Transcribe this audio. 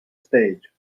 stage